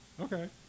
Okay